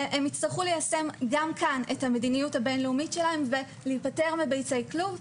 והם הצטרכו ליישם גם כאן את המדיניות הבין-לאומית ולהיפתר מביצי כלוב.